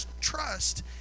trust